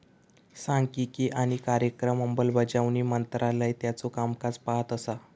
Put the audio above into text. सांख्यिकी आणि कार्यक्रम अंमलबजावणी मंत्रालय त्याचो कामकाज पाहत असा